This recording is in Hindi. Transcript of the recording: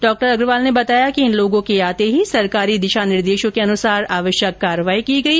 डॉ अग्रवाल ने बताया कि इन लोगों के आते ही सरकारी दिशा निर्देशों के अनुसार आवश्यक कार्यवाही की गई